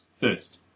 First